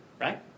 Right